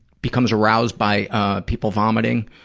becomes aroused by, ah, people vomiting,